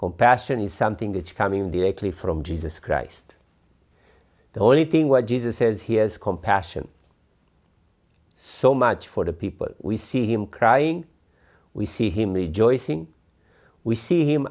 compassion is something that's coming directly from jesus christ the only thing where jesus says he has compassion so much for the people we see him crying we see him the joy sing we see him